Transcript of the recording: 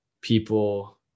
people